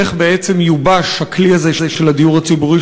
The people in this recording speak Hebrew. איך בעצם יובש הכלי הזה של הדיור הציבורי,